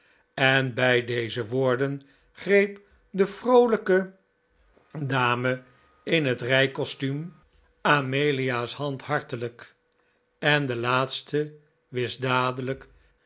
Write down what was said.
en bij deze woorden greep de vroolijke dame in het rijcostuum amelia's hand hartelijk en de laatste wist dadelijk